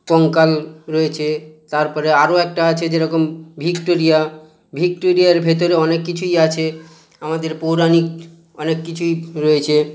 কঙ্কাল রয়েছে তারপরে আরো একটা আছে যেরকম ভিক্টোরিয়া ভিক্টোরিয়ার ভেতরে অনেক কিছুই আছে আমাদের পৌরাণিক অনেক কিছুই রয়েছে